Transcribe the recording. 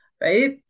right